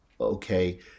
okay